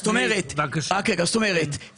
זאת אומרת,